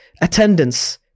attendance